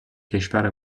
کشور